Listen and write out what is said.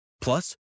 Plus